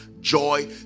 joy